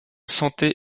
santé